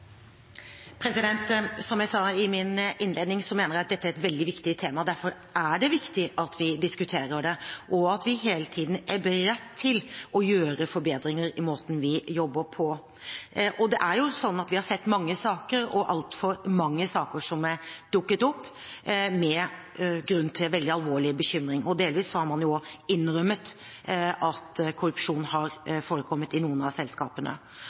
viktig at vi diskuterer det, og at vi hele tiden er beredt til å gjøre forbedringer i måten vi jobber på. Det er jo slik at vi har sett mange saker – altfor mange saker – som har dukket opp med grunn til veldig alvorlig bekymring, og delvis har man jo også i noen av selskapene innrømmet at korrupsjon har forekommet.